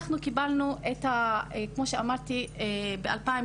כמו שאמרתי, אנחנו קיבלנו את האחריות ב-2018.